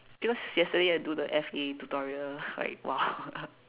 because yesterday I do the F_A tutorial like !wah!